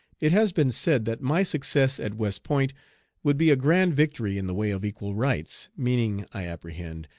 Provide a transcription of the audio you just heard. it has been said that my success at west point would be a grand victory in the way of equal rights, meaning, i apprehend,